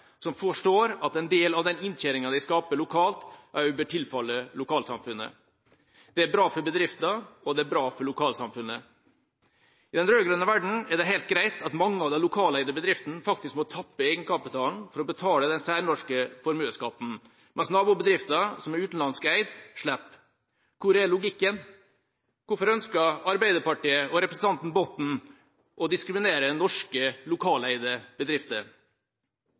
som forstår at en del av den inntjeningen de skaper lokalt, også bør tilfalle lokalsamfunnet. Det er bra for bedriften, og det er bra for lokalsamfunnet. I den rød-grønne verden er det helt greit at mange av de lokaleeide bedriftene faktisk må tappe egenkapitalen for å betale den særnorske formuesskatten, mens nabobedriften, som er utenlandsk eid, slipper. Hvor er logikken? Hvorfor ønsker Arbeiderpartiet og representanten Botten å diskriminere norske lokaleide bedrifter?